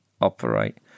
operate